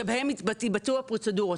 שבהם יתבצעו הפרוצדורות.